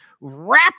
wrap